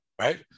Right